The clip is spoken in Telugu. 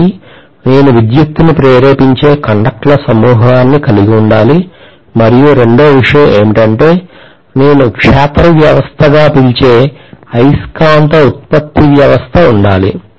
ఒకటి నేను విద్యుత్తును ప్రేరేపించే కండక్టర్ల సమూహాన్ని కలిగి ఉండాలి మరియు రెండవ విషయం ఏమిటంటే నేను క్షేత్ర వ్యవస్థగా పిలిచే అయస్కాంత ఉత్పత్తి వ్యవస్థ ఉండాలి